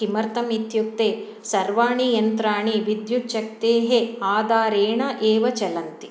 किमर्थम् इत्युक्ते सर्वाणि यन्त्राणि विद्युच्छक्तेः आधारेण एव चलन्ति